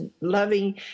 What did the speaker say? loving